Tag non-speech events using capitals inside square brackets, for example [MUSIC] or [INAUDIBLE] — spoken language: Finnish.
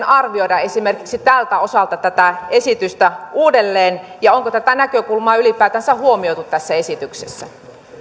[UNINTELLIGIBLE] arvioida esimerkiksi tältä osalta tätä esitystä uudelleen ja onko tätä näkökulmaa ylipäätänsä huomioitu tässä esityksessä